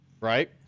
right